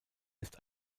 ist